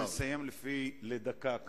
נסיים לדקה.